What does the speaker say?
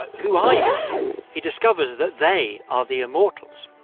who are you? and he discovers that they are the immortals.